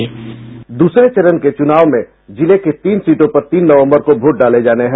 bite दूसरे चरण के चुनाव में जिले की तीन सीटों पर तीन नवंबर को वोट डाले जाने हैं